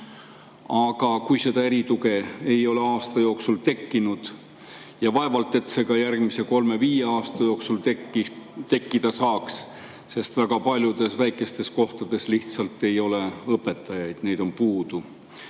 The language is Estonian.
aga kui seda erituge ei ole aasta jooksul tekkinud – ja vaevalt, et see ka järgmise kolme kuni viie aasta jooksul tekkida saab, sest väga paljudes väikestes kohtades lihtsalt ei ole õpetajaid, neid on puudu